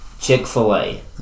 chick-fil-a